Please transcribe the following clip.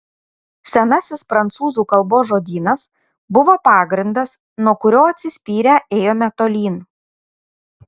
senasis prancūzų kalbos žodynas buvo pagrindas nuo kurio atsispyrę ėjome tolyn